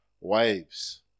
waves